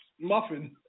muffin